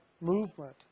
movement